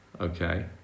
Okay